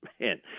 man